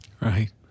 Right